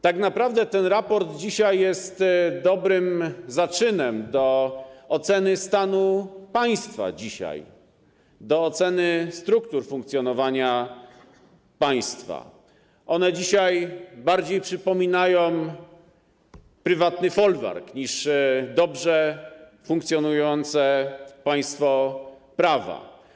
Tak naprawdę ten raport jest dobrym zaczynem do oceny obecnego stanu państwa, do oceny struktur funkcjonowania państwa - ono dzisiaj bardziej przypomina prywatny folwark niż dobrze funkcjonujące państwo prawa.